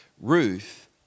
Ruth